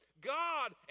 God